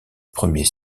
premier